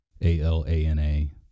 A-L-A-N-A